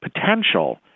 potential